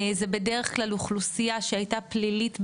זו בדרך כלל אוכלוסייה שהייתה פלילית בעבר,